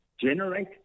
generate